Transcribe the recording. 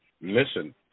listen